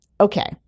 Okay